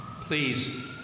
Please